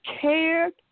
cared